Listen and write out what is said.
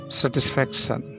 satisfaction